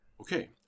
Okay